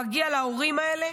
מגיע להורים האלה